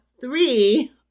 three